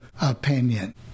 opinion